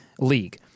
league